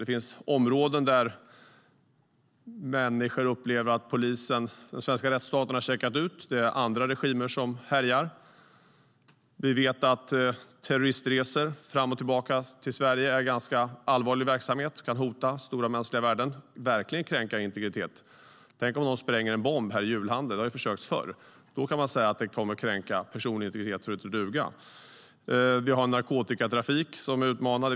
Det finns områden där människor upplever att den svenska rättsstaten har checkat ut och att det är andra regimer som härjar. Vi vet att terroristresor fram och tillbaka till Sverige är ganska allvarlig verksamhet som kan hota stora mänskliga värden och verkligen kränka integritet. Tänk om någon spränger en bomb här i julhandeln! Det har gjorts försök förr. Då kan man säga att det kommer att kränka personlig integritet så att det heter duga. Vi har en narkotikatrafik som är utmanande.